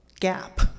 Gap